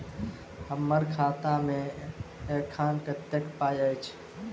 हम्मर खाता मे एखन कतेक पाई अछि?